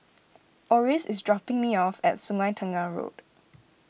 Oris is dropping me off at Sungei Tengah Road